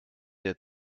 der